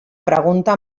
pregunta